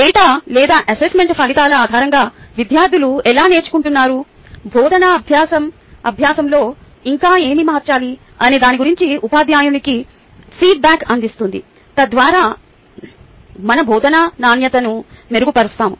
data లేదా assessment ఫలితాల ఆధారంగా విద్యార్థులు ఎలా నేర్చుకుంటున్నారు బోధనా అభ్యాస అభ్యాసంలో ఇంకా ఏమి మార్చాలి అనే దాని గురించి ఉపాధ్యాయునికి ఫీడ్ బ్యాక్ అందిస్తుంది తద్వారా మన బోధనా నాణ్యతను మెరుగుపరుస్తాము